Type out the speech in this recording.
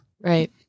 Right